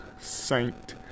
Saint